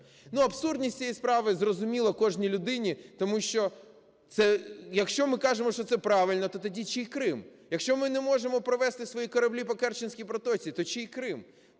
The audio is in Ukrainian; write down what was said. Абсурдність цієї справи зрозуміла кожній людині, тому що, якщо ми кажемо, що це правильно, то тоді чий Крим? Якщо ми не можемо провести свої кораблі по Керченській протоці, то чий Крим?